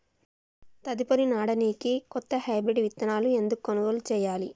తదుపరి నాడనికి కొత్త హైబ్రిడ్ విత్తనాలను ఎందుకు కొనుగోలు చెయ్యాలి?